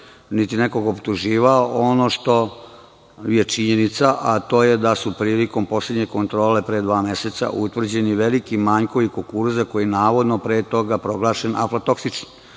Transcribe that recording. niti nekoga optuživao. Ono što je činjenica, to je da su prilikom poslednje kontrole, pre dva meseca, utvrđeni veliki manjkovi kukuruza koji je, navodno, pre toga proglašen aflatoksičnim.